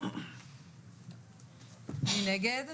מי נגד?